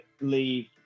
leave